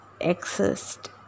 exist